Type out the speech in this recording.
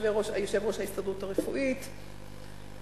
יושב-ראש ההסתדרות הרפואית,